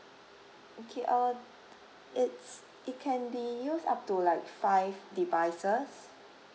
okay uh it's it can be used up to like five devices